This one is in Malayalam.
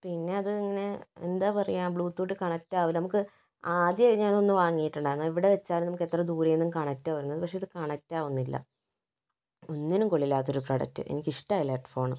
പിന്നെയത് ഇങ്ങനെ എന്താ പറയുക ബ്ലൂടൂത്ത് കണക്ട് ആകില്ല നമുക്ക് ആദ്യമായി ഞാനൊന്ന് വാങ്ങിയിട്ടുണ്ടായിരുന്നു എവിടെ വച്ചാലും നമുക്ക് എത്ര ദൂരെ നിന്നും കണക്ട് ആകുമായിരുന്നു പക്ഷെ ഇത് കണക്ട് ആകുന്നില്ല ഒന്നിനും കൊള്ളാത്തൊരു പ്രൊഡക്ട് എനിക്ക് ഇഷ്ടമായില്ല ഹെഡ് ഫോൺ